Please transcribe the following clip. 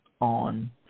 on